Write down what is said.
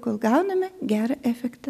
kol gauname gerą efektą